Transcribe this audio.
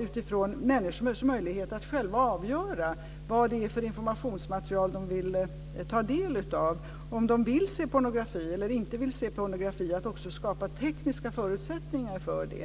utifrån människors möjligheter att själva avgöra vad det är för information de vill ta del av - om de vill se pornografi eller om de inte vill se pornografi - att också skapa tekniska förutsättningar för det.